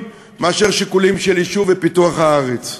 מאשר שיקולים של יישוב ופיתוח הארץ.